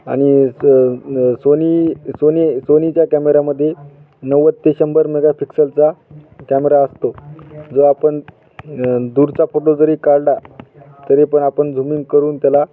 आणि स Sony Sony सोनीच्या कॅमेरामध्ये नव्वद ते शंभर मेगापिक्सलचा कॅमेरा असतो जो आपण दूरचा फोटो जरी काढला तरी पण आपण झुमिंग करून त्याला